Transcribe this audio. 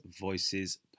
Voices